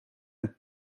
een